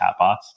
chatbots